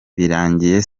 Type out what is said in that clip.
birangiye